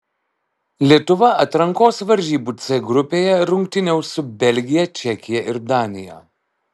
lietuva atrankos varžybų c grupėje rungtyniaus su belgija čekija ir danija